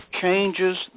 changes